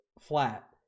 flat